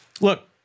Look